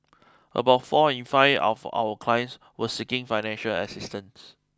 about four in five of all clients were seeking financial assistance